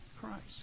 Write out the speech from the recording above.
Christ